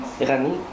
Rani